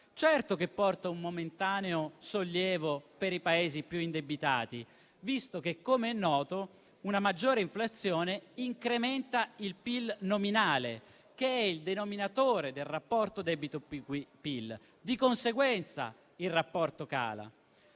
porta un momentaneo sollievo per i Paesi più indebitati, visto che, come è noto, una maggiore inflazione incrementa il PIL nominale, che è il denominatore del rapporto debito-PIL; di conseguenza il rapporto cala.